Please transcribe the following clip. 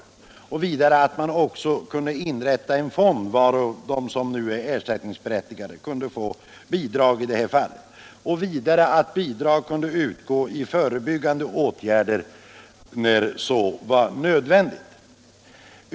Vidare har vi begärt att en fond skulle. inrättas, varur de som är ersättningsberättigade kunde få bidrag. Vi har också hemställt att bidrag skulle kunna utgå till förebyggande åtgärder, när så är nödvändigt.